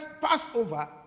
Passover